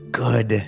good